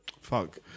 fuck